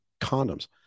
condoms